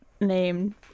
name